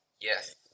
Yes